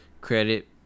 credit